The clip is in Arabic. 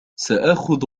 سآخذ